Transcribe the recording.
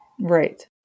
Right